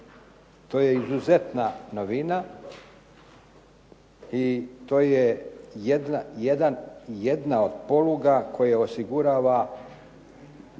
To je izuzetna novina i to je jedna od poluga koje osigurava